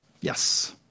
yes